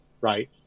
Right